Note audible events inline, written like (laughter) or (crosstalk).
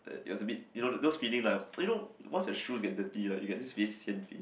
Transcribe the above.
it was a bit you know those feeling like (noise) you know once your shoes get dirty right you get the very sian feeling